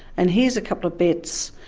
and here's a couple of bets.